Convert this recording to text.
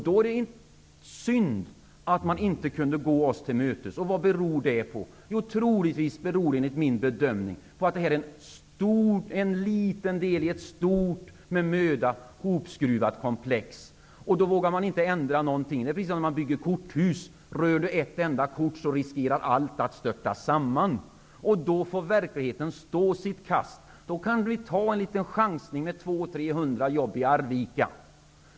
Det är synd att man inte har kunnat gå oss till mötes. Vad beror det på? Jo, det beror troligtvis på att det är en liten del i ett stort, med möda hopskruvat, komplex. Då vågar man inte ändra någonting. Det är som när man bygger korthus; rör man ett enda kort riskerar allt att störta samman. Då får verkligheten stå sitt kast. Då kan man ta en chans med 200--300 jobb i Arvika.